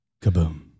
Kaboom